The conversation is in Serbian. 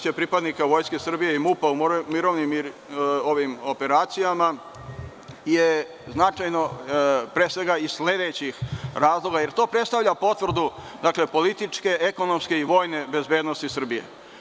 Učešće pripadnika Vojske Srbije i MUP u mirovnim operacijama je značajno iz sledećih razloga, jer to predstavlja potvrdu političke, ekonomske i vojne bezbednosti Srbije.